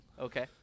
Okay